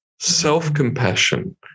Self-compassion